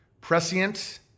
prescient